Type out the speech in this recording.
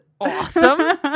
awesome